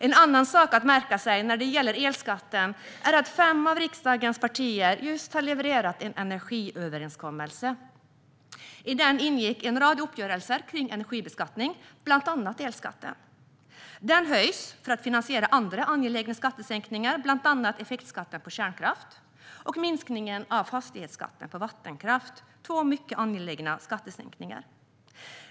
En annan sak när det gäller elskatten är att fem av riksdagens partier just har levererat en energiöverenskommelse. I den ingick en rad uppgörelser kring energibeskattning, bland annat elskatten. Den höjs för att finansiera andra angelägna skattesänkningar, bland annat effektskatten på kärnkraft och minskningen av fastighetsskatten på vattenkraft - två mycket angelägna skattesänkningar.